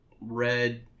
red